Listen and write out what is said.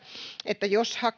että jos